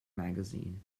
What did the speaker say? magazine